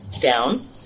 down